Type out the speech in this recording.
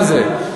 מה זה?